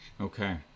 Okay